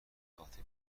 عاطفی